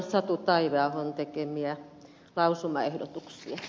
satu taiveahon tekemiä lausumaehdotuksia